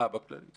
אה, בכללי.